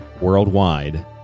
worldwide